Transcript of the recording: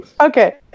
Okay